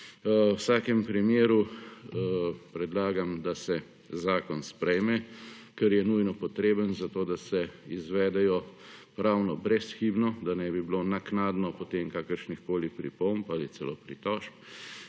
V vsakem primeru predlagam, da se zakon sprejme, ker je nujno potreben za to, da se izvedejo pravno brezhibno, da ne bi bilo naknadno potem kakršnihkoli pripomb ali celo pritožb.